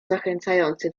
zachęcający